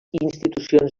institucions